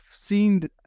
seen